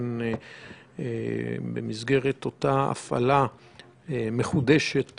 במסגרת אותה הפעלה מחודשת